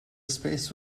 space